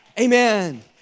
Amen